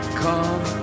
come